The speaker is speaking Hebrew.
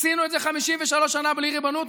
עשינו את זה 53 שנה בלי ריבונות,